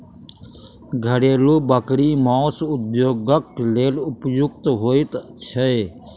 घरेलू बकरी मौस उद्योगक लेल उपयुक्त होइत छै